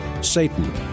Satan